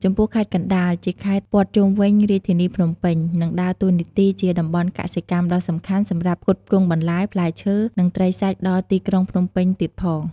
ចំពោះខេត្តកណ្ដាល ជាខេត្តព័ទ្ធជុំវិញរាជធានីភ្នំពេញ និងដើរតួនាទីជាតំបន់កសិកម្មដ៏សំខាន់សម្រាប់ផ្គត់ផ្គង់បន្លែ ផ្លែឈើ និងត្រីសាច់ដល់ទីក្រុងភ្នំពេញទៀតផង។